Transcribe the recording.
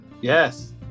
Yes